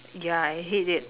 ya I hate it